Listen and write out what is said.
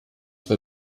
bei